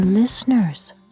Listeners